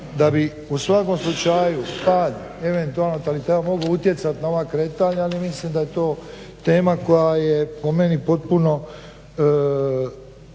da bi u svakom slučaju pad eventualno nataliteta mogao utjecati na ova kretanja. Ali mislim da je to tema koja je po meni potpuno